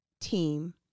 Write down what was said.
team